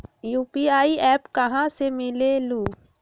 UPI app कहा से मिलेलु?